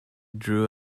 drew